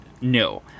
No